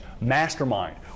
Mastermind